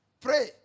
pray